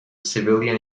civilian